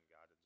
God